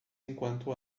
enquanto